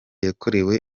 yakorewe